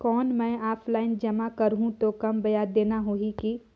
कौन मैं ऑफलाइन जमा करहूं तो कम ब्याज देना होही की?